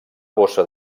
bossa